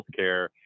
healthcare